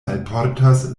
alportas